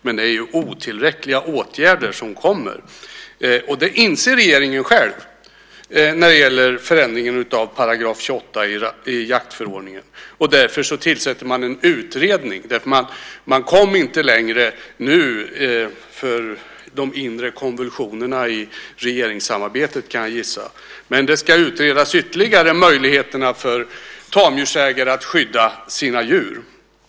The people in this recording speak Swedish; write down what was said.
Men det är ju otillräckliga åtgärder som kommer, och det inser regeringen själv, när det gäller förändringen av § 28 i jaktförordningen. Därför tillsätter man en utredning. Man kom inte längre nu, på grund av de inre konvulsionerna i regeringssamarbetet kan jag gissa, men möjligheterna för tamdjursägare att skydda sina djur ska utredas ytterligare.